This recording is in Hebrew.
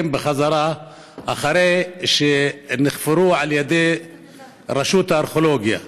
בחזרה אחרי שנחפרו על ידי רשות הארכיאולוגיה.